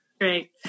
Great